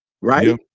right